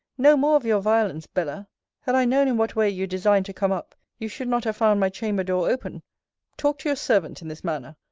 no more of your violence, bella had i known in what way you designed to come up, you should not have found my chamber-door open talk to your servant in this manner.